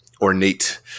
ornate